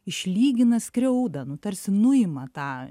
išlygina skriaudą nu tarsi nuima tą